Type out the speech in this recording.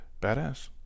badass